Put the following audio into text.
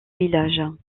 villages